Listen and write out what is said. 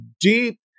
deep